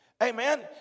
Amen